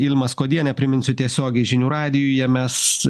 ilma skuodienė priminsiu tiesiogiai žinių radijuje mes